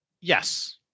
Yes